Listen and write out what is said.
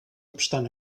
obstant